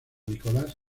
nicholas